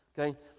okay